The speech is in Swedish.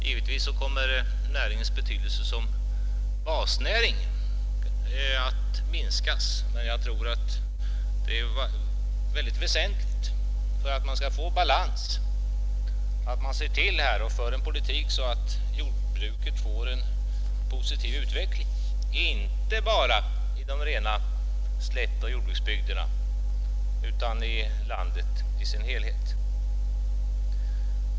Givetvis kommer dess betydelse som basnäring att minska, men om man skall få balans tror jag det är väsentligt att man för en sådan politik att jordbruket kan utvecklas i positiv riktning inte bara i de rena slättoch jordbruksbygderna utan i landet i dess helhet.